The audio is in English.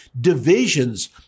divisions